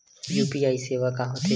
UPI सेवा का होथे?